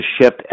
shift